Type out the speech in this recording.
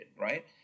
right